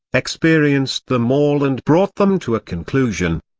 experienced them all and brought them to a conclusion.